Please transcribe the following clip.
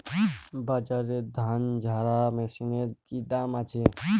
বাজারে ধান ঝারা মেশিনের কি দাম আছে?